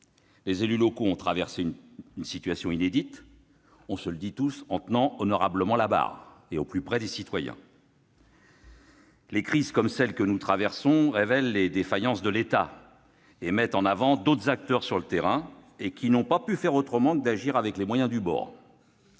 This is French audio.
Les élus locaux ont traversé une situation inédite en tenant honorablement la barre et au plus près des citoyens. Les crises comme celle que nous traversons révèlent les défaillances de l'État et mettent en avant d'autres acteurs sur le terrain qui n'ont pas pu faire autrement que d'agir avec les moyens du bord.